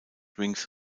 wings